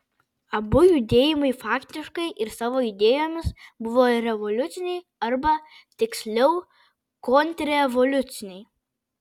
abu judėjimai faktiškai ir savo idėjomis buvo revoliuciniai arba tiksliau kontrrevoliuciniai